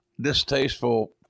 distasteful